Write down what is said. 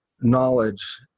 knowledge